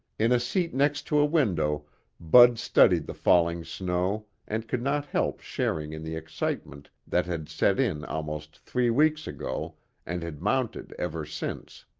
in a seat next to a window bud studied the falling snow and could not help sharing in the excitement that had set in almost three weeks ago and had mounted ever since.